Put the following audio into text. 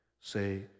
say